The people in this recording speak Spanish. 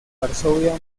varsovia